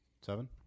Seven